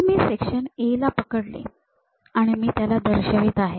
जे मी section A ला पकडले आणि मी त्याला दर्शवित आहे